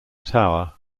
tower